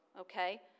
okay